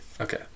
Okay